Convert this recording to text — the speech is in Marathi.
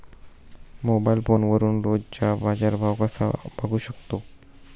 मोबाइल फोनवरून रोजचा बाजारभाव कसा बघू शकतो?